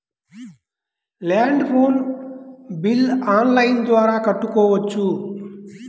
Land phone bill online ద్వారా కట్టుకోవచ్చు?